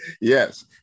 Yes